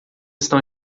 estão